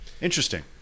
Interesting